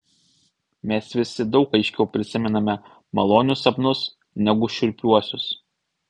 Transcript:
mes visi daug aiškiau prisimename malonius sapnus negu šiurpiuosius